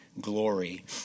glory